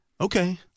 Okay